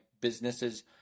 businesses